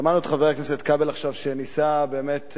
שמענו את חבר הכנסת כבל עכשיו, שניסה באמת,